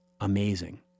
amazing